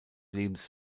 lebens